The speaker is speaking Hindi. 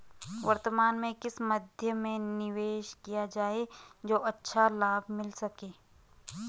वर्तमान में किस मध्य में निवेश किया जाए जो अच्छा लाभ मिल सके?